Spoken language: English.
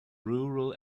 rural